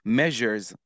measures